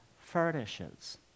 furnishes